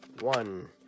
One